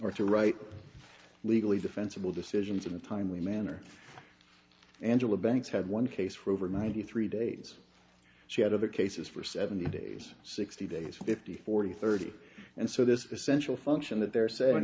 are to write legally defensible decisions in a timely manner angela banks had one case for over ninety three days she had other cases for seventy days sixty days fifty forty thirty and so this essential function that they're s